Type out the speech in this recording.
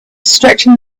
stretching